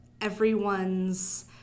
everyone's